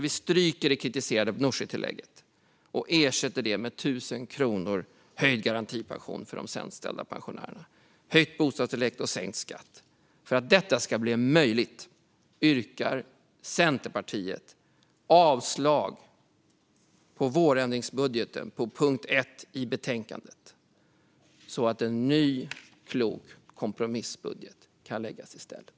Vi stryker det kritiserade Nooshitillägget och ersätter det med 1 000 kronor i höjd garantipension för de sämst ställda pensionärerna, höjt bostadstillägg och sänkt skatt. För att detta ska bli möjligt yrkar Centerpartiet avslag på vårändringsbudgeten under punkt 1 i betänkandet, så att en ny, klok kompromissbudget kan läggas fram i stället.